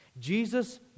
Jesus